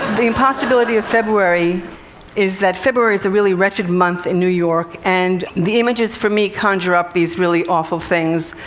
the impossibility of february is that february's a really wretched month in new york and the images for me conjure up these really awful things.